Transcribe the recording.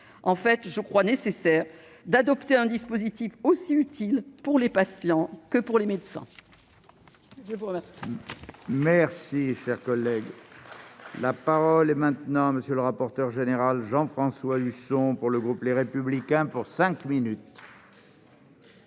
Il me semble nécessaire d'adopter un dispositif aussi utile pour les patients que pour les médecins.